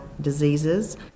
diseases